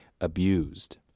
abused